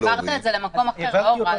העברת את זה למקום אחר, לא הורדת.